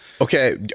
okay